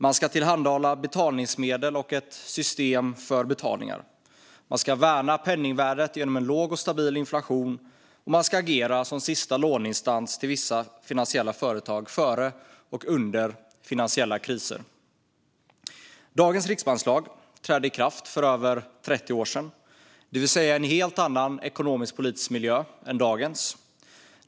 Man ska tillhandahålla betalningsmedel och ett system för betalningar. Man ska värna penningvärdet genom en låg och stabil inflation, och man ska agera som sista låneinstans till vissa finansiella företag före och under finansiella kriser. Dagens riksbankslag trädde i kraft för över 30 år sedan, det vill säga i en helt annan ekonomisk-politisk miljö än dagens.